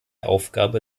aufgabe